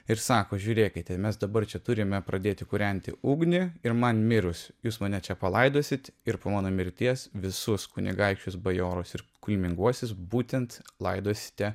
ir sako žiūrėkite mes dabar čia turime pradėti kūrenti ugnį ir man mirus jūs mane čia palaidosit ir po mano mirties visus kunigaikščius bajorus ir kilminguosius būtent laidosite